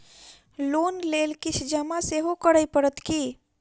Loan लेल किछ जमा सेहो करै पड़त की?